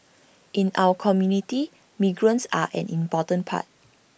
in our community migrants are an important part